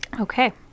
Okay